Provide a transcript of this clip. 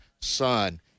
son